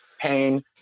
pain